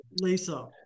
Lisa